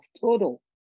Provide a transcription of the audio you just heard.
total